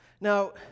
Now